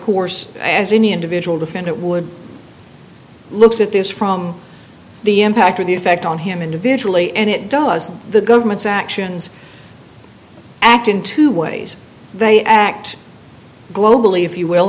course as any individual defendant would looks at this from the impact of the effect on him individually and it does the government's actions act in two ways they act globally if you will